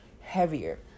heavier